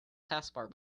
taskbar